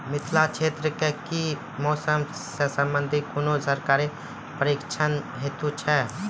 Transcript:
मिथिला क्षेत्रक कि मौसम से संबंधित कुनू सरकारी प्रशिक्षण हेतु छै?